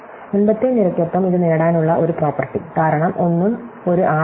മുമ്പത്തെ നിരയ്ക്കൊപ്പം ഇത് നേടാനുള്ള ഒരു പ്രോപ്പർട്ടി കാരണം ഒന്നും ഒരു r അല്ല